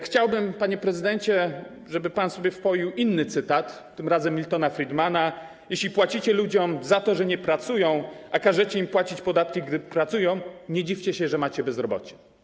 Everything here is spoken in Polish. Chciałbym, panie prezydencie, żeby pan sobie wpoił inny cytat, tym razem Miltona Friedmana: Jeśli płacicie ludziom za to, że nie pracują, a każecie im płacić podatki, gdy pracują, nie dziwcie się, że macie bezrobocie.